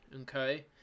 okay